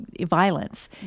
violence